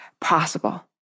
possible